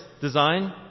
design